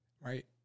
right